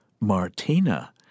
Martina